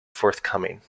forthcoming